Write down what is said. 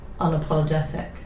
unapologetic